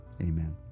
amen